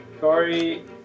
Corey